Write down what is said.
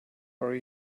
are